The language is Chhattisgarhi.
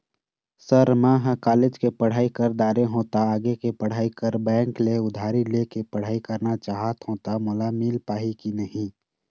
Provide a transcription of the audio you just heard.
सर म ह कॉलेज के पढ़ाई कर दारें हों ता आगे के पढ़ाई बर बैंक ले उधारी ले के पढ़ाई करना चाहत हों ता मोला मील पाही की नहीं?